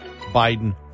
Biden